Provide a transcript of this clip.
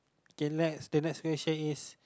K next the next question is